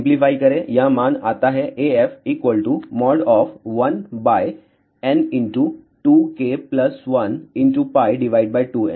simplify करें यह मान आता है AF